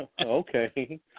okay